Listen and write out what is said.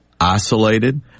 isolated